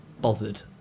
bothered